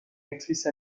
actrice